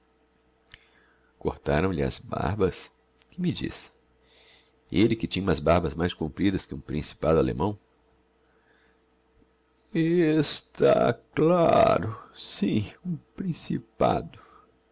cortaram lhe as barbas que me diz elle que tinha umas barbas mais compridas que um principado allemão es tá c claro sim um principado